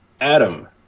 Adam